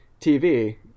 TV